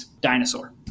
Dinosaur